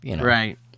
right